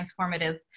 transformative